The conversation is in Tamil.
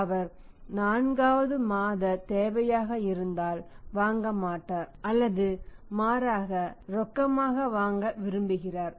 எனவே அவர் 4 மாத தேவையாக இருந்தால் வாங்க விரும்புவார் அல்லது மாறாக ரொக்கமாக வாங்க விரும்புகிறார்